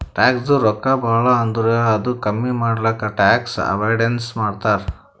ಟ್ಯಾಕ್ಸದು ರೊಕ್ಕಾ ಭಾಳ ಆದುರ್ ಅದು ಕಮ್ಮಿ ಮಾಡ್ಲಕ್ ಟ್ಯಾಕ್ಸ್ ಅವೈಡನ್ಸ್ ಮಾಡ್ತಾರ್